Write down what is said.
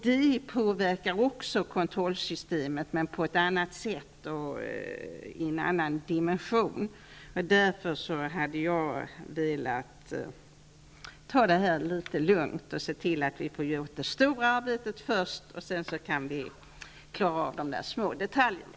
Det påverkar också kontrollsystemet men på ett annat sätt och i en annan dimension. Därför hade jag velat att vi skulle ta det här litet lugnt och se till att göra det stora arbetet först. Sedan kunde vi klara av de små detaljerna.